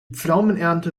pflaumenernte